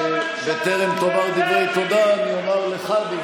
ונכנסה לספר